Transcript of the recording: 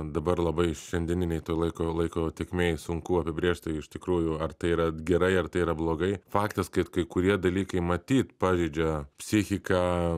dabar labai šiandieninėj toj laiko laiko tėkmėj sunku apibrėžt tai iš tikrųjų ar tai yra gerai ar tai yra blogai faktas kad kai kurie dalykai matyt pažeidžia psichiką